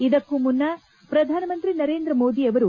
ಇದಕ್ಕೂ ಮುನ್ನು ಪ್ರಧಾನಮಂತ್ರಿ ನರೇಂದ್ರ ಮೋದಿ ಅವರು